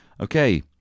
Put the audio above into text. Okay